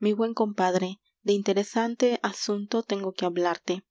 mi buen compadre de interesante asunto tengo que hablarte